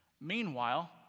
Meanwhile